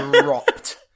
dropped